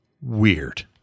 weird